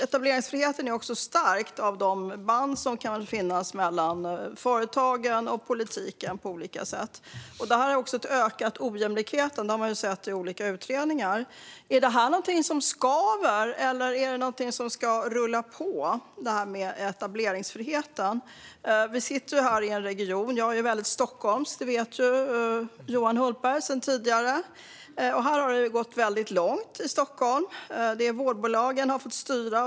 Etableringsfriheten är också stärkt av de band som kan finnas mellan företagen och politiken på olika sätt. Det har också ökat ojämlikheten. Det har man sett i olika utredningar. Är detta med etableringsfriheten något som skaver, eller är det något som ska rulla på? Jag är ju väldigt stockholmsk, vilket Johan Hultberg vet sedan tidigare, och här i Stockholmsregionen har det gått väldigt långt. Vårdbolagen har fått styra.